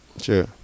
Sure